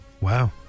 Wow